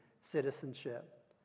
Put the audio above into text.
citizenship